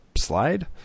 slide